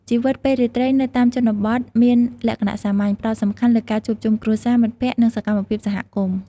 ជីវិតពេលរាត្រីនៅតាមជនបទមានលក្ខណៈសាមញ្ញ ផ្ដោតសំខាន់លើការជួបជុំគ្រួសារ មិត្តភក្តិ និងសកម្មភាពសហគមន៍។